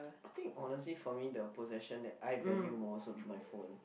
I think honestly for me the possession that I value most will be my phone